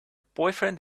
boyfriend